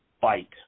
fight